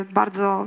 bardzo